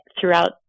throughout